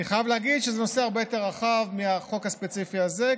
אני חייב להגיד שזה נושא הרבה יותר רחב מהחוק הספציפי הזה,